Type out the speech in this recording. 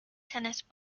tennis